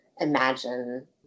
imagine